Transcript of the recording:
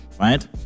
right